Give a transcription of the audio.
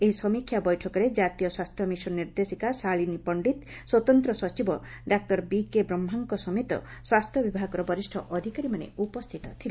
ଏହି ସମୀକ୍ଷା ବୈଠକରେ ଜାତୀୟ ସ୍ୱାସ୍ଥ୍ୟ ମିଶନ ନିର୍ଦ୍ଦେଶିକା ଶାଳିନୀ ପଶ୍ଡିତ ସ୍ୱତନ୍ତ୍ ସଚିବ ଡା ବିକେ ବ୍ରହ୍କାଙ୍କ ସମେତ ସ୍ୱାସ୍ଥ୍ୟ ବିଭାଗର ବରିଷ୍ ଅଧିକାରୀମାନେ ଉପସ୍ତିତ ଥିଲେ